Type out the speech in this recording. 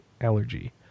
allergy